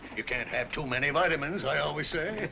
you can't have too many vitamins i always say.